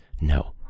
No